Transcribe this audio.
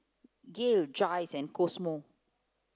Gael Jayce and Cosmo